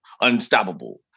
unstoppable